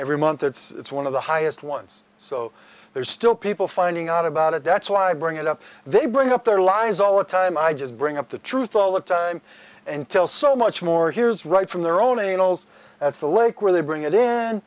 every month it's one of the highest ones so there's still people finding out about it that's why i bring it up they bring up their lies all the time i just bring up the truth all the time until so much more here's right from their own engles that's the lake where they bring it in